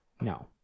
No